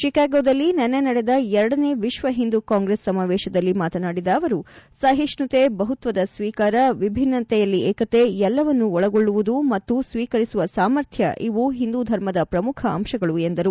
ಚಿಕಾಗೋದಲ್ಲಿ ನಿನ್ನೆ ನಡೆದ ಎರಡನೇ ವಿಶ್ವ ಹಿಂದೂಕಾಂಗ್ರೆಸ್ ಸಮಾವೇಶದಲ್ಲಿ ಮಾತನಾಡಿದ ಅವರು ಸಹಿಷ್ಣುತೆ ಬಹುತ್ತದ ಸ್ನೀಕಾರ ವಿಭಿನ್ನತೆಯಲ್ಲಿ ಏಕತೆ ಎಲ್ಲವನ್ನು ಒಳಗೊಳ್ಲುವುದು ಮತ್ತು ಸ್ನೀಕರಿಸುವ ಸಾಮರ್ಥ್ನ ಇವು ಹಿಂದೂ ಧರ್ಮದ ಪ್ರಮುಖ ಅಂಶಗಳು ಎಂದರು